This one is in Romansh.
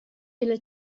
illa